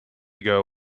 ago